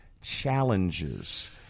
challenges